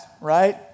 right